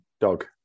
Dog